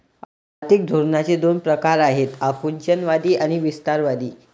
आर्थिक धोरणांचे दोन प्रकार आहेत आकुंचनवादी आणि विस्तारवादी